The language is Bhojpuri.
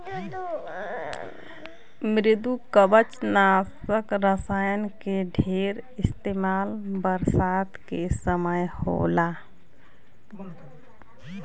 मृदुकवचनाशक रसायन के ढेर इस्तेमाल बरसात के समय होला